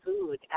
food